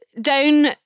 Down